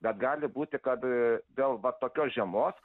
bet gali būti kad dėl va tokios žiemos